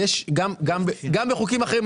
גם בחוקים אחרים,